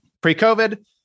pre-COVID